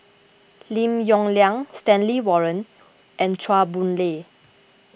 Lim Yong Liang Stanley Warren and Chua Boon Lay